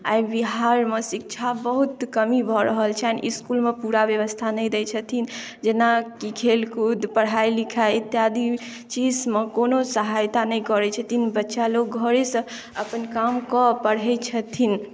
आइ बिहारमे शिक्षा बहुत कमी भऽ रहल छनि इसकुलमे पूरा व्यवस्था नहि दै छथिन जेना कि खेलकूद पढ़ाइ लिखाइ इत्यादि चीज मऽ कोनो सहायता नै करै छथिन बच्चा लोक घरे से अपन काम कऽ पढ़ै छथिन